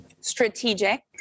strategic